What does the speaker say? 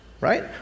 right